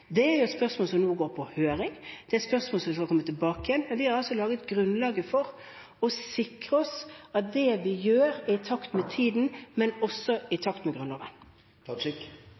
Det er et spørsmål som nå går ut på høring, og som skal komme tilbake igjen. Men vi har lagt grunnlaget for å sikre oss at det vi gjør, er i takt med tiden, men også i takt med